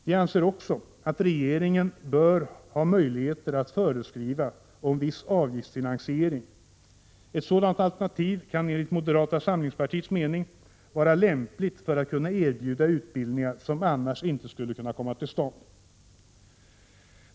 Vi anser också att regeringen bör ha möjligheter att föreskriva om viss avgiftsfinansiering. Ett sådant alternativ kan enligt moderata samlingspartiets mening vara lämpligt för att kunna erbjuda utbildningar som annars inte skulle kunna komma till stånd.